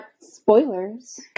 Spoilers